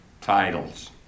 titles